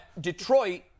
Detroit